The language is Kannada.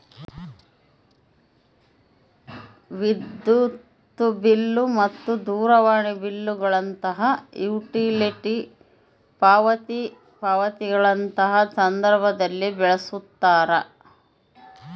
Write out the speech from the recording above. ವಿದ್ಯುತ್ ಬಿಲ್ ಮತ್ತು ದೂರವಾಣಿ ಬಿಲ್ ಗಳಂತಹ ಯುಟಿಲಿಟಿ ಪಾವತಿ ಪಾವತಿಗಳಂತಹ ಸಂದರ್ಭದಲ್ಲಿ ಬಳಸ್ತಾರ